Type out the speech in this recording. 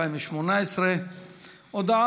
אריאל על